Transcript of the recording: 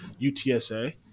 UTSA